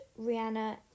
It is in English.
Rihanna